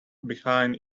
behind